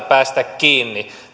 päästä kiinni